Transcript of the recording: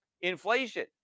inflation